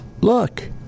look